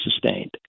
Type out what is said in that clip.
sustained